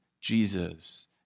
Jesus